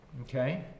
okay